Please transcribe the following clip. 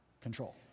control